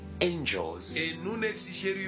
angels